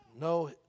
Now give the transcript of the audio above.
No